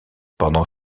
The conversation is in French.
pendant